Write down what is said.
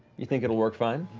you think it'll work fine.